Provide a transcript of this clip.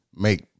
make